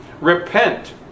repent